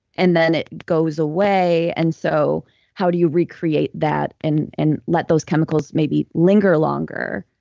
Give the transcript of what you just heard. and then it goes away and so how do you recreate that and and let those chemicals maybe linger longer?